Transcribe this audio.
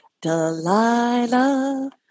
Delilah